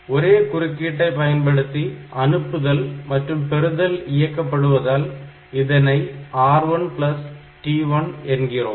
ஒரே குறுக்கீட்டை பயன்படுத்தி அனுப்புதல் மற்றும் பெறுதல் இயக்கப்படுவதால் இதனை R1T1 என்கிறோம்